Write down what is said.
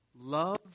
Love